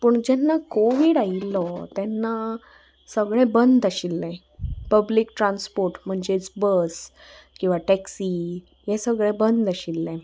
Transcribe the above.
पूण जेन्ना कोवीड आयिल्लो तेन्ना सगळें बंद आशिल्लें पब्लीक ट्रांसपोर्ट म्हणजेच बस किंवां टॅक्सी हें सगळें बंद आशिल्लें